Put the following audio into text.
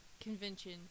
convention